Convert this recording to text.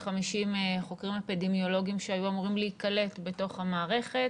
חוקרים אפידמיולוגיים שהיו אמורים להיקלט בתוך המערכת